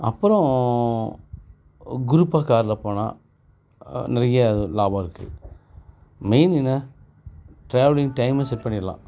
அப்புறம் க்ரூப்பாக காரில் போனால் நிறையா லாபம் இருக்குது மெயின் என்ன ட்ராவலிங் டைமை செட் பண்ணிடலாம்